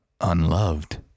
unloved